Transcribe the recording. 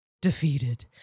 defeated